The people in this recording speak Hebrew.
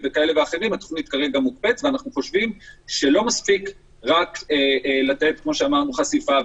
התוכנית מוקפאת ואנחנו חושבים שלא מספיק רק לתת חשיפה,